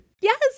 Yes